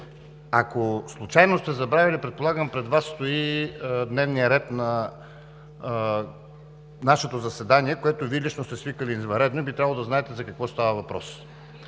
ако случайно сте забравили, предполагам пред Вас стои дневният ред на нашето заседание, което Вие лично сте свикали извънредно и би трябвало да знаете за какво става въпрос.